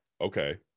Okay